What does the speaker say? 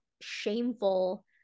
shameful